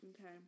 Okay